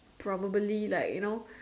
probably like you know